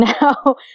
now